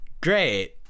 Great